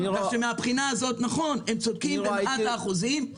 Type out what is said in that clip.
הם צודקים במאת האחוזים.